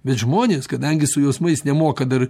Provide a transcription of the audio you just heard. bet žmonės kadangi su jausmais nemoka dar